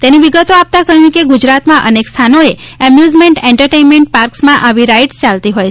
તેની વિગતો આપતાં કહ્યું કે ગુજરાતમાં અનેક સ્થાનોએ એમ્યુઝમેન્ટ એન્ટરટેઇનમેન્ટ પાર્કસમાં આવી રાઇડસ ચાલતી હોય છે